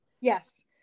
Yes